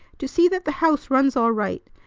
to see that the house runs all right,